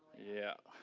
yeah,